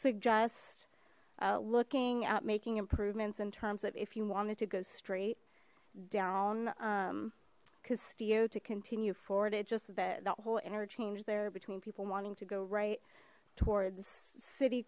suggest looking at making improvements in terms of if you wanted to go straight down castillo to continue forward adjust that that whole interchange there between people wanting to go right towards city